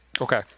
Okay